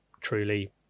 truly